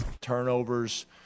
Turnovers